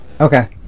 Okay